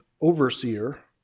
Overseer